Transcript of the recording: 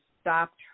stopped